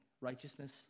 Righteousness